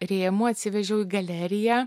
rėmų atsivežiau į galeriją